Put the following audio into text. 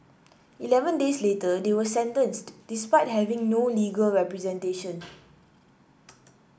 eleven days later they were sentenced despite having no legal representation